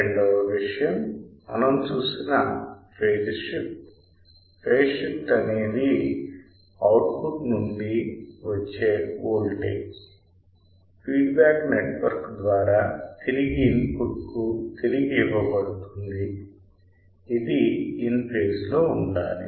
రెండవ విషయం మనం చూసిన ఫేజ్ షిఫ్ట్ ఫేజ్ షిఫ్ట్ అనేది అవుట్పుట్ నుండి వచ్చే వోల్టేజ్ ఫీడ్ బ్యాక్ నెట్వర్క్ ద్వారా తిరిగి ఇన్పుట్కు తిరిగి ఇవ్వబడుతుంది ఇది ఇన్ ఫేజ్ లో ఉండాలి